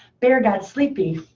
bear got sleepy,